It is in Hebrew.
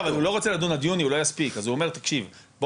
לא אבל בסדר הוא לא רוצה לדון עד יוני הוא לא יספיק אז הוא אומר תקשיב,